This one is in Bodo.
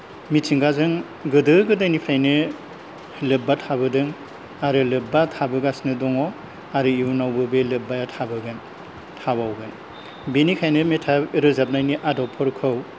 मिथिंगाजों गोदो गोदायनिफ्रायनो लोब्बा थाबोदों आरो लोब्बा थाबोगासिनो दङ आरो इयुनावबो बे लोब्बाया थाबोगोन थाबावगोन बेनिखायनो मेथाइ रोजाबनायनि आदबफोरखौ